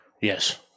Yes